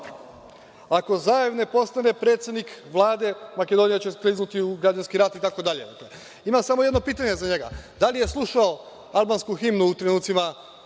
ako Zaev ne postane predsednik Vlade, Makedonija će skliznuti u građanski rat, itd. Imam samo jedno pitanje za njega – da li je slušao albansku himnu u trenucima